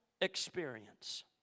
experience